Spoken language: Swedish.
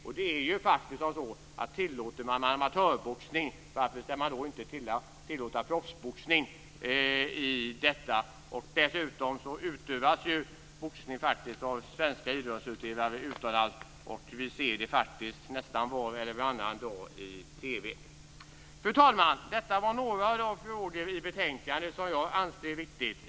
Och tillåter man amatörboxning, varför ska man då inte tillåta proffsboxning? Dessutom utövas ju boxning av svenska idrottsutövare utomlands, och vi ser det var och varannan dag i TV. Fru talman! Detta var några av de frågor i betänkandet som jag anser viktiga.